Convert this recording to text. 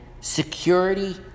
security